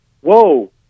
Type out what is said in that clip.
whoa